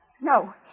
No